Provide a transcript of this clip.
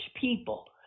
people